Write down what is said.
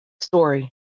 story